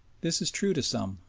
this is true to some,